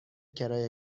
کرایه